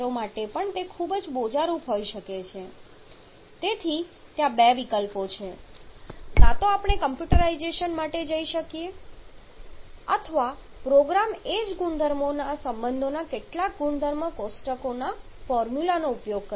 તેથી ત્યાં બે વિકલ્પો છે કાં તો આપણે કોમ્પ્યુટરાઈઝેશન માટે જઈ શકીએ એટલે કે આપણે કોમ્પ્યુટર પ્રોગ્રામ લખી શકીએ જ્યાં આપણે કેટલાક ઈનપુટ્સ મૂકીશું અને પ્રોગ્રામ એ જ ગુણધર્મો સંબંધોના કેટલાક ગુણધર્મ કોષ્ટકો ના ફોર્મ્યુલાનો ઉપયોગ કરશે